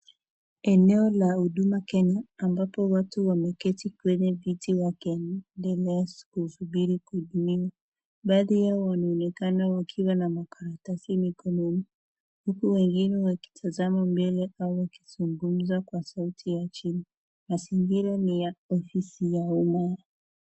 Eneo la huduma kenya ambapo watu wameketi kwenye viti wakiendelea kusubiri kuhudumiwa, baadhi yao wanaonekana wakiwa na makaratasi mikononi huku wengine wakitazama mbele au wakizungumza kwa sauti ya chini, mazingira ni ya ofisi ya umma.